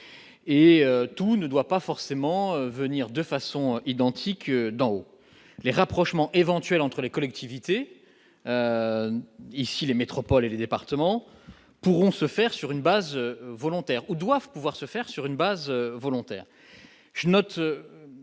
et tout ne doit pas forcément venir de façon identique dans les rapprochements éventuel entre les collectivités, ici les métropole et les départements pourront se faire sur une base volontaire ou doivent pouvoir se faire sur une base volontaire, je note